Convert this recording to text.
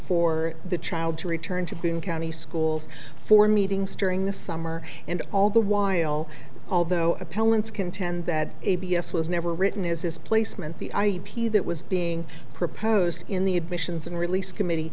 for the child to return to be in county schools for meetings during the summer and all the while although appellants contend that a b s was never written is his placement the i p that was being proposed in the admissions and release committee